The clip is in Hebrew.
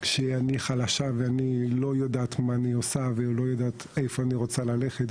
כשאני חלשה ואני לא יודעת מה אני עושה ולא יודעת איפה אני רוצה ללכת.